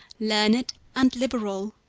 learned and liberal